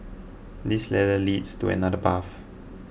this ladder leads to another path